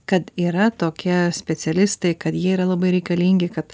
kad yra tokie specialistai kad jie yra labai reikalingi kad